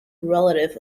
relative